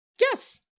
yes